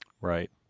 Right